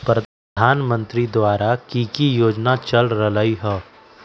प्रधानमंत्री द्वारा की की योजना चल रहलई ह?